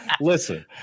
listen